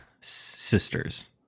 sisters